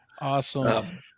awesome